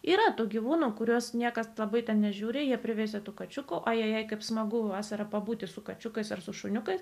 yra tų gyvūnų kuriuos niekas labai ten nežiūri jie privežė tų kačiukų o jei kaip smagu vasarą pabūti su kačiukais ir su šuniukais